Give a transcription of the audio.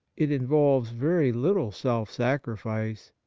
it involves very little self-sacrifice,